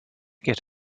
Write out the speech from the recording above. get